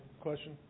question